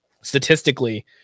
Statistically